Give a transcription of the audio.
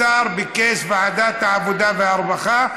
השר ביקש ועדת העבודה והרווחה,